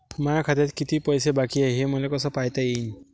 माया खात्यात किती पैसे बाकी हाय, हे मले कस पायता येईन?